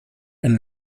and